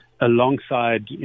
alongside